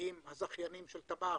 עם הזכיינים של תמר,